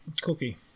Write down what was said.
Cookie